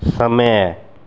समय